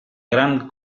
grand